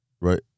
right